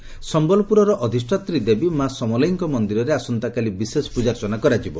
ସମ୍ୟଲପୁରର ଅଧିଷାତ୍ରୀ ଦେବୀ ମା' ସମଲେଇଙ୍କ ମନ୍ଦିରରେ ଆସନ୍ତାକାଲି ବିଶେଷ ପୂଜାର୍ଚ୍ଚନା କରାଯିବ